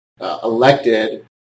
elected